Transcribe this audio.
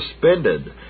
suspended